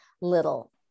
little